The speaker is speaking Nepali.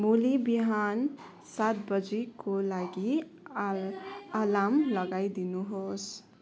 भोलि बिहान सात बजेको लागि अलार्म आलार्म लगाइदिनुहोस्